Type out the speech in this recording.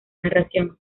narración